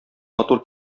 матур